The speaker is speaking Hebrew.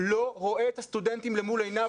לא רואה את הסטודנטים למול עיניו,